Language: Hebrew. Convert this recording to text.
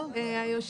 ממתינים לי,